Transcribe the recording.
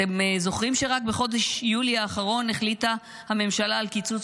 אתם זוכרים שרק בחודש יולי האחרון החליטה הממשלה על קיצוץ